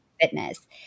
fitness